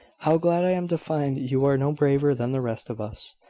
how glad i am to find you are no braver than the rest of us!